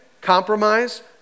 compromise